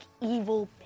evil